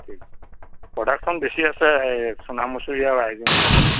সেইটোৱেই প্ৰডাকচন বেছি আছে সোণামুচুৰী আৰু আইজুং এইকেইটাতে